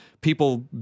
people